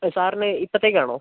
സാറിന് ഇപ്പോഴത്തേക്കാണോ